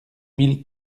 mille